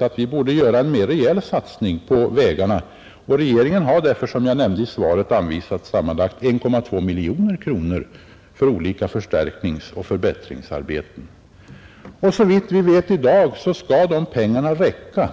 att vi borde göra en rejäl satsning på vägarna, och regeringen har därför, som jag nämnde i svaret, anvisat sammanlagt 1,2 miljoner kronor för olika förstärkningsoch förbättringsarbeten. Såvitt vi vet i dag skall pengarna räcka.